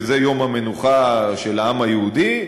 וזה יום המנוחה של העם היהודי,